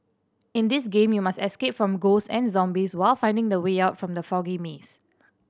in this game you must escape from ghosts and zombies while finding the way out from the foggy maze